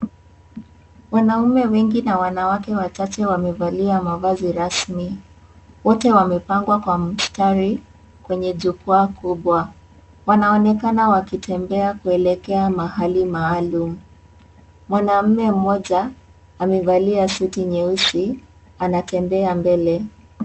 Wanaume wengi na wanawake wachache wamevalia mavazi rasmi, wote wamepangwa kwa mstari kwenye jukwaa kubwa, wanaonekana wakitembea kuelekea mahali maalum mwanaume mmoja amevalia suti nyeusi anatembea mbele.